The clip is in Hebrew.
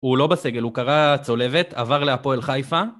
הוא לא בסגל, הוא קרע צולבת, עבר להפועל חיפה.